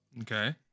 Okay